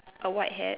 a white hat